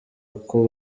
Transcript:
uko